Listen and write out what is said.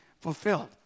fulfilled